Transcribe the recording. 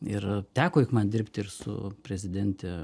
ir teko juk man dirbti ir su prezidente